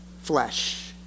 flesh